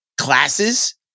classes